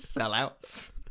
sellouts